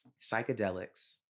psychedelics